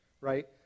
Right